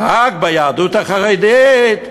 רק ביהדות החרדית,